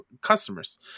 customers